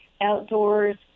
Outdoors